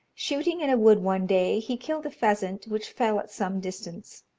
shooting in a wood one day, he killed a pheasant, which fell at some distance,